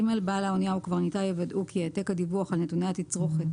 בעל האנייה או קברניטה יוודאו כי העתק הדיווח על נתוני תצרוכת